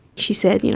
she said, you know